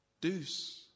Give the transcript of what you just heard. Deuce